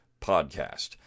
podcast